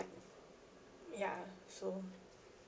ya so